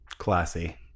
Classy